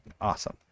Awesome